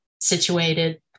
situated